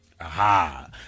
Aha